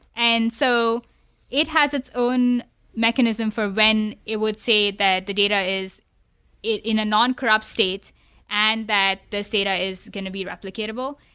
and so it has its own mechanism for when it would say that the data is in a non-corrupt state and that this data is going to be replicatable.